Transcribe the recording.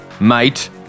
mate